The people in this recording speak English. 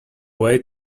way